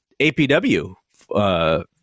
APW